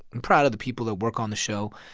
i'm proud of the people that work on the show.